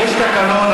יש תקנון.